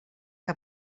que